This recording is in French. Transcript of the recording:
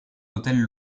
hôtels